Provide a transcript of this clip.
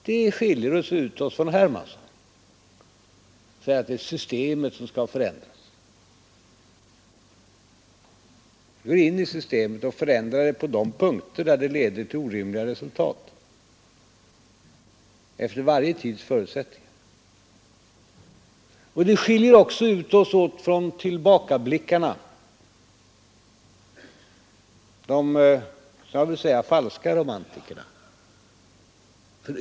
Den skiljer oss ut från herr Hermansson eftersom det är systemet som skall förändras. Vi går in i systemet och förändrar det på de punkter där systemet leder till orimliga resultat — efter varje tids förutsättningar. Den skiljer också ut oss från tillbakablickarna, från de falska romantikerna.